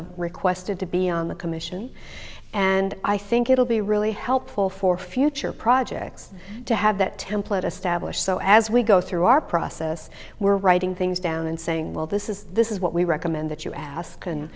have requested to be on the commission and i think it'll be really helpful for future projects to have that template established so as we go through our process we're writing things down and saying well this is this is what we recommend that you ask and